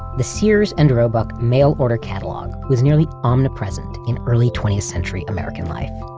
the sears and roebuck mail order catalog was nearly omnipresent in early twentieth century american life.